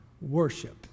worship